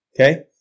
okay